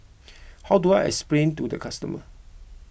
how do I explain to the customer